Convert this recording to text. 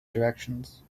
directions